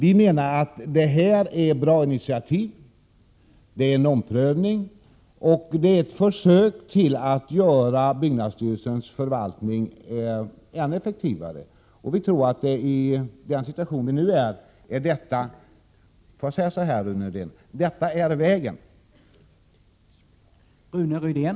Vi menar att förslaget är ett bra initiativ och innebär en omprövning samt ett försök till att göra byggnadsstyrelsens förvaltning än effektivare. Vi tror alltså att detta för närvarande är den rätta vägen, Rune Rydén.